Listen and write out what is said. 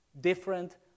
different